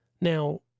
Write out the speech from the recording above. Now